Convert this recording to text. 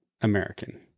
american